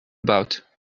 about